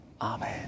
Amen